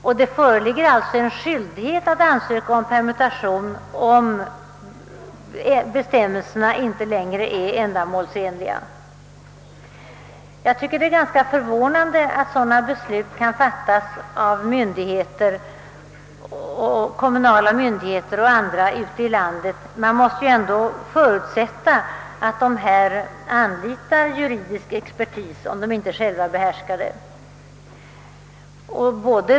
Därav följer att det föreligger skyldighet att ansöka om permutation, om bestämmelserna inte längre är ändamålsenliga. Jag tycker det är ganska förvånande att beslut fattas av kommunala och andra myndigheter ute i landet utan att följa dessa regler. Man måste ändå förutsätta att de anlitar juridisk expertis, om de inte själva behärskar frågorna.